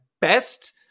best